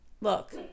look